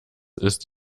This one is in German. ist